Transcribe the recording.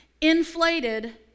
inflated